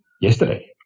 yesterday